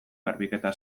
garbiketa